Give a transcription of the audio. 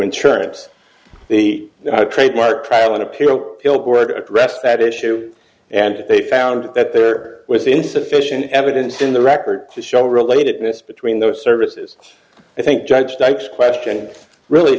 insurance the trademark pravin appear billboard addressed that issue and they found that there was insufficient evidence in the record to show relatedness between those services i think judge types question really